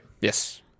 Yes